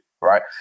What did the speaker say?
right